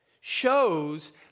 shows